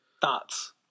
thoughts